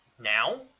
now